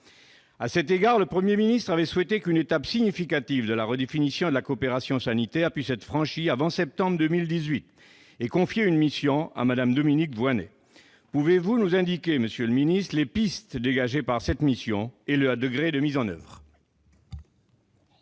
À cet égard, le Premier ministre avait souhaité qu'une étape significative de la redéfinition de la coopération sanitaire puisse être franchie avant septembre 2018 et confié une mission en ce sens à Mme Dominique Voynet. Pouvez-vous nous indiquer, monsieur le secrétaire d'État, quelles sont les pistes dégagées par cette mission et leur degré de mise en oeuvre ?